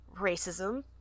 Racism